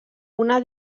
una